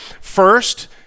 first